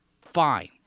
fine